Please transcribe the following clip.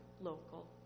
local